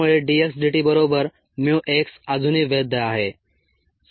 त्यामुळे dx dt बरोबर mu x अजूनही वैध आहे